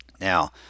Now